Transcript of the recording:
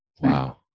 Wow